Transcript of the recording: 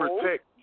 protect